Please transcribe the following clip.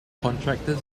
contractors